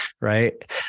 right